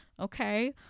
Okay